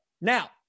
Now